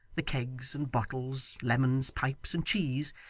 the kegs and bottles, lemons, pipes, and cheese,